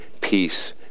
peace